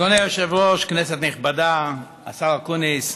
אדוני היושב-ראש, כנסת נכבדה, השר אקוניס,